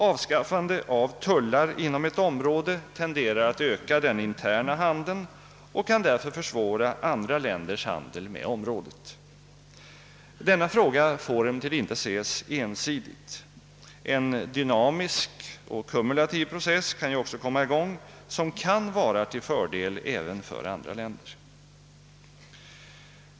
Avskaffande av tullar inom ett område tenderar att öka den interna handeln och kan därför försvåra andra länders handel med området. Denna fråga får emellertid inte ses ensidigt. En dynamisk och kumulativ process kan också komma i gång till fördel för även andra länder.